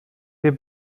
wir